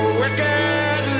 wicked